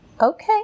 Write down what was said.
Okay